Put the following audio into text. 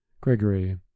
gregory